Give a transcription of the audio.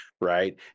right